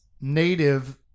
native